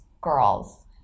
girls